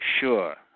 sure